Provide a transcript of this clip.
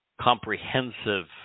comprehensive